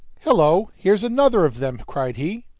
hillo! here's another of them, cried he.